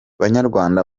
banyarwanda